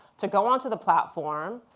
to go onto the platform,